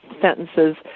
sentences